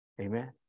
Amen